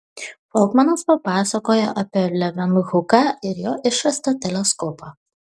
folkmanas papasakojo apie levenhuką ir jo išrastą teleskopą